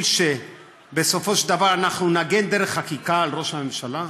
שבסופו של דבר נגן בחקיקה על ראש הממשלה?